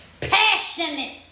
passionate